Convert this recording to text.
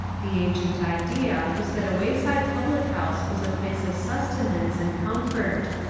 the ancient idea was that a wayside public house was a place of sustenance and comfort,